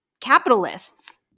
capitalists